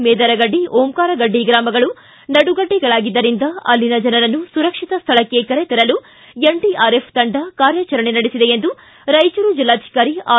ಮೇದರಗಡ್ಡಿ Omkaragaddi ಗ್ರಾಮಗಳು ನಡುಗಡ್ಡೆಗಳಾಗಿದ್ದರಿಂದ ಅಲ್ಲಿನ ಜನರನ್ನು ಸುರಕ್ಷಿತ ಸ್ವಳಕ್ಷೆ ಕರೆ ತರಲು ಎನ್ಡಿಆರ್ಎಫ್ ತಂಡ ಕಾರ್ಯಚರಣೆ ನಡೆಸಿದೆ ಎಂದು ರಾಯಚೂರು ಜಿಲ್ಲಾಧಿಕಾರಿ ಆರ್